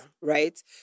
Right